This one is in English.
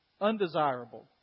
undesirable